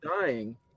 dying